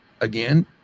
again